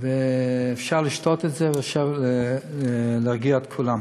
אפשר לשתות את זה ואפשר להרגיע את כולם.